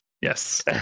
Yes